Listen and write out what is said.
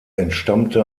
entstammte